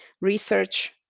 research